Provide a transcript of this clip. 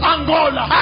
Angola